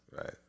Right